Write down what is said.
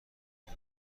بوم